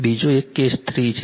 બીજો એક કેસ 3 છે